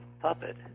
puppet